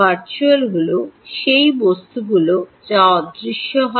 virtual হল সেই বস্তুগুলি যা অদৃশ্য হয়